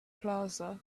plaza